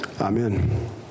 Amen